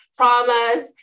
traumas